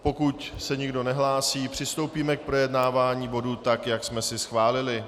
Pokud se nikdo nehlásí, přistoupíme k projednávání bodu tak, jak jsme si schválili.